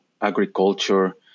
agriculture